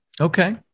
Okay